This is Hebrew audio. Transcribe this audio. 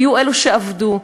היו אלו שעבדו,